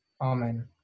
Amen